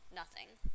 Nothing